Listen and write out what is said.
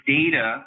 data